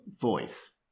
voice